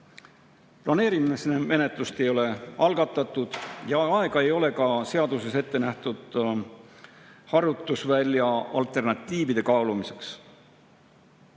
Planeerimismenetlust ei ole algatatud ja aega ei ole ka seaduses ettenähtud harjutusvälja alternatiivide kaalumiseks.